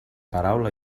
paraula